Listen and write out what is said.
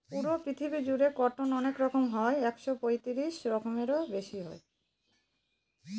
পুরো পৃথিবী জুড়ে কটন অনেক রকম হয় একশো পঁয়ত্রিশ রকমেরও বেশি হয়